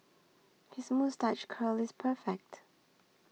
his moustache curl is perfect